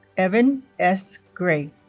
evan s. gray